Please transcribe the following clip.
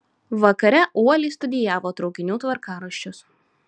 vakare uoliai studijavo traukinių tvarkaraščius